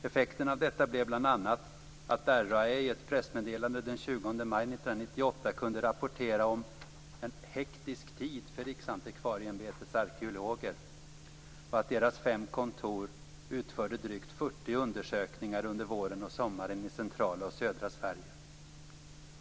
Effekten av detta blev bl.a. att Riksantikvarieämbetet i ett pressmeddelande den 20 maj 1998 kunde rapportera om en hektisk tid för Riksantikvarieämbetets arkeologer, och att deras fem kontor utförde drygt 40 undersökningar under våren och sommaren i centrala och södra Sverige.